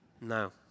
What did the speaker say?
no